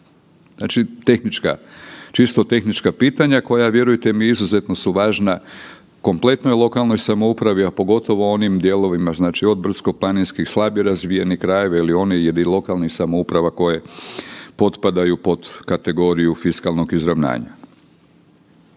Znači čisto tehnička pitanja koja vjerujte mi izuzetno su važna kompletnoj lokalnoj samoupravi, a pogotovo u onim dijelovima od brdsko-planinskih, slabije razvijeni krajevi ili onih lokalnih samouprava koje potpadaju pod kategoriju fiskalnog izravnanja.